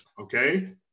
okay